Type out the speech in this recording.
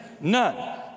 none